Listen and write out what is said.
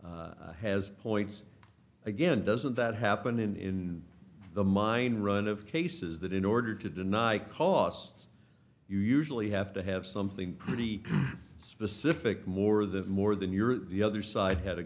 side has points again doesn't that happen in the mind run of cases that in order to deny costs you usually have to have something pretty specific more than more than your the other side had a